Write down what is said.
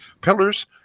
pillars